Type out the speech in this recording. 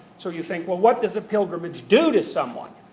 so you think, well what does a pilgrimage do to someone?